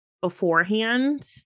beforehand